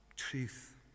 truth